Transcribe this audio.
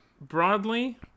broadly